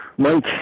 Mike